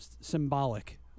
symbolic